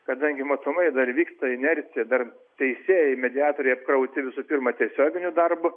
kadangi matomai dar vyksta inercija dar teisėjai mediatoriai apkrauti visų pirma tiesioginiu darbu